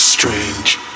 Strange